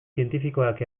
zientifikoak